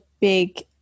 big